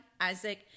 Isaac